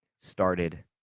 started